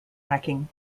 hacking